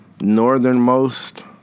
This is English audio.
northernmost